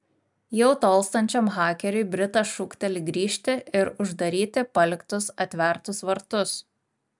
jau tolstančiam hakeriui britas šūkteli grįžti ir uždaryti paliktus atvertus vartus